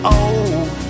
old